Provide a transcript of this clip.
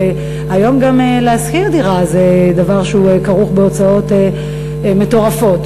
אבל היום גם לשכור דירה זה דבר שכרוך בהוצאות מטורפות,